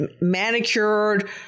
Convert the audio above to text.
manicured